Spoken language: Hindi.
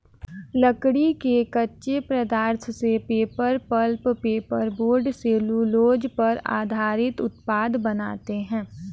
लकड़ी के कच्चे पदार्थ से paper, pulp, paper board, cellulose पर आधारित उत्पाद बनाते हैं